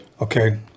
Okay